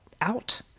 out